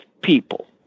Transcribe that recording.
people